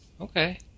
Okay